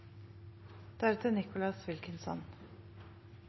Representanten Nicholas Wilkinson